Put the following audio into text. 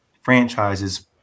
franchises